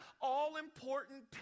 all-important